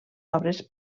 obres